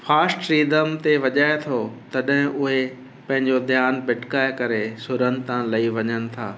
fast rhythm ते वॼाए थो तॾहिं उहे पंहिंजो ध्यानु भिटकाए करे सुरनि था लही वञनि था